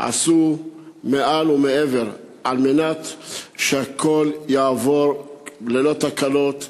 עשו מעל ומעבר כדי שהכול יעבור ללא תקלות,